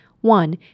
One